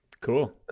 Cool